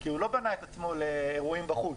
כי הוא לא בנה את עצמו לאירועים בחוץ.